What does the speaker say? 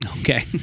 Okay